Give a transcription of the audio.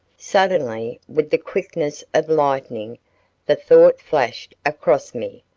suddenly with the quickness of lightning the thought flashed across me,